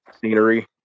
scenery